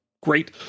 great